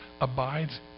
abides